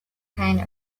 kind